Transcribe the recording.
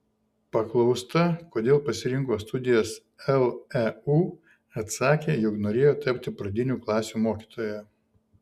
paklausta kodėl pasirinko studijas leu atsakė jog norėjo tapti pradinių klasių mokytoja